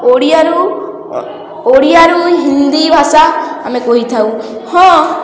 ଓଡ଼ିଆରୁ ଓଡ଼ିଆରୁ ହିନ୍ଦୀ ଭାଷା ଆମେ କହିଥାଉ ହଁ